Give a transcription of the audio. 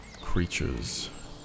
creatures